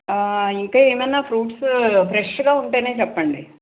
ఇంకా ఏమైనా ఫ్రూట్స్ ఫ్రెష్గా ఉంటేనే చెప్పండి